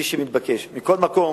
מכל מקום,